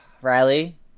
Riley